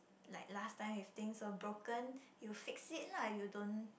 like last time your things so broken you fix it lah you don't